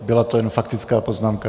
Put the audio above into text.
Byla to jen faktická poznámka.